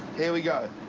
hear we go.